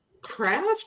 craft